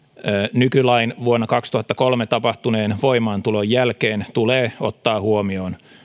nykylain vuonna kaksituhattakolme tapahtuneen voimaantulon jälkeen tulee ottaa huomioon